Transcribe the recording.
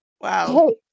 wow